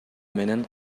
менен